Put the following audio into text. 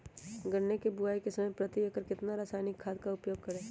गन्ने की बुवाई के समय प्रति एकड़ कितना रासायनिक खाद का उपयोग करें?